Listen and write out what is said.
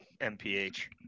MPH